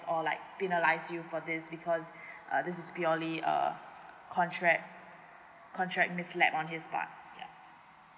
or like penalize you for this because uh this is purely a contract contract missed lapse on his part